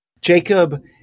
Jacob